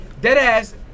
Deadass